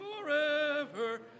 forever